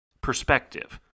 perspective